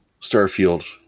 Starfield